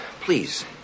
Please